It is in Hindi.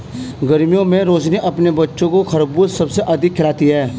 गर्मियों में रोशनी अपने बच्चों को खरबूज सबसे अधिक खिलाती हैं